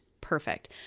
perfect